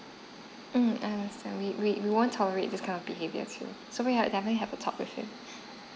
mm I understand we we we won't tolerate this kind of behavior so so we have definitely have to talk with him